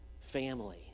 Family